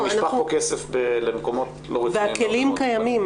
כי נשפך פה כסף למקומות לא --- והכלים קיימים,